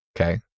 okay